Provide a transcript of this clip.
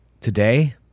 Today